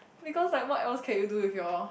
because like what else can you do with your